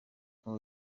ubu